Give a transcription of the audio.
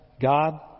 God